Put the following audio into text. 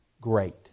great